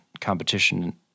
competition